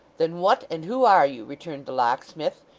then what and who are you returned the locksmith.